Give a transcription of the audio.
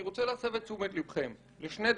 אני רוצה להסב את תשומת לבכם לשני דברים.